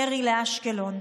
ירי לאשקלון,